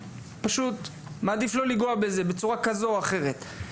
פשוט מעדיף לא לנגוע בזה בצורה כזו או אחרת,